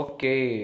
Okay